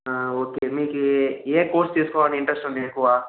okay మీకు ఏ course తీసుకోవాలని ఇంట్రెస్ట్ ఉంది ఎక్కువ